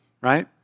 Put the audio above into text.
Right